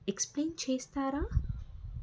explain చేస్తారా